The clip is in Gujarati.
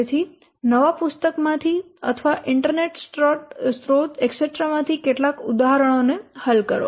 તેથી નવા પુસ્તકમાંથી અથવા ઇન્ટરનેટ સ્રોત ઇસેટેરામાંથી કેટલાક ઉદાહરણો ને હલ કરો